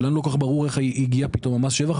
שלא כל כך ברור איך הגיע פתאום המס שבח.